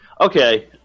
Okay